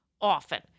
often